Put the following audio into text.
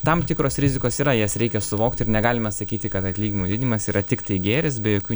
tam tikros rizikos yra jas reikia suvokt ir negalime sakyti kad atlyginimų didinimas yra tiktai gėris be jokių